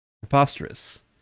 preposterous